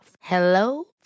Hello